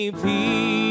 peace